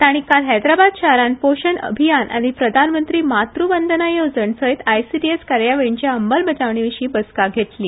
तांणी काल हैदराबाद शारांत पोशन अभियान आनी प्रधानमंत्री मातृ वंदना येवजण सयत आयसीडीएस कार्यावळींच्या अंमलबजावणे विशीं बसका घेतली